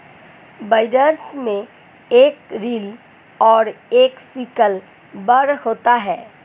binders में एक reel और एक सिकल बार होता है